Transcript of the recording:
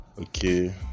Okay